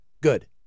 Good